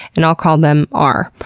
and call them r.